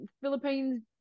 Philippines